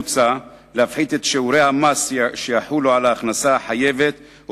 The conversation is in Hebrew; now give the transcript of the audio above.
מוצע להפחית את שיעורי המס שיחולו על ההכנסה החייבת או